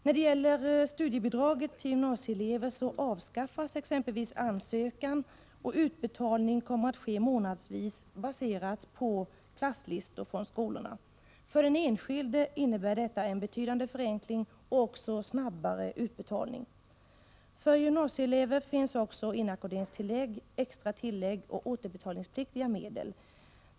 När det gäller studiebidraget till gymnasieelever avskaffas exempelvis ansökan, och utbetalning kommer att ske månadsvis baserat på klasslistor från skolorna. För den enskilde innebär detta en betydande förenkling och även snabbare utbetalning. För gymnasieelever finns också inackorderingstillägg, extra tillägg och återbetalningspliktiga medel.